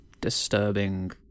disturbing